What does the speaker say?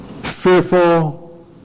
fearful